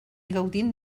gaudint